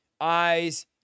eyes